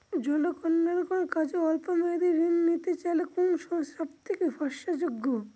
জনকল্যাণকর কাজে অল্প মেয়াদী ঋণ নিতে চাইলে কোন সংস্থা সবথেকে ভরসাযোগ্য?